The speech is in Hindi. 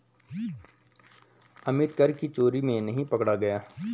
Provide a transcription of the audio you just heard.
अमित कर की चोरी में नहीं पकड़ा गया